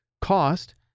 cost